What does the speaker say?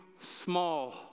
small